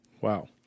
Wow